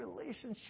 relationship